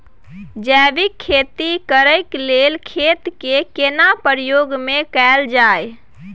जैविक खेती करेक लैल खेत के केना प्रयोग में कैल जाय?